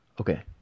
Okay